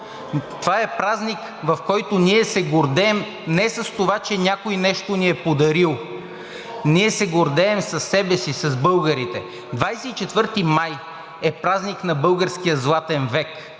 това е празник, в който ние се гордеем не с това, че някой нещо ни е подарил, ние се гордеем със себе си, с българите. Двадесет и четвърти май е празник на българския Златен век.